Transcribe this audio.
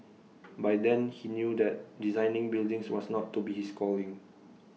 by then he knew that designing buildings was not to be his calling